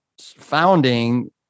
founding